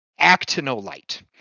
actinolite